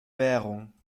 währung